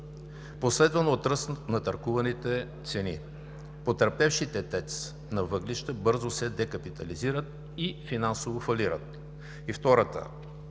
последвано от ръст на търгуваните цени. Потърпевшите ТЕЦ-ове на въглища бързо се декапитализират и финансово фалират.